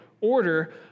order